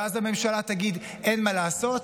ואז הממשלה תגיד: אין מה לעשות,